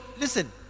listen